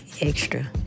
extra